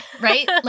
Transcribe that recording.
Right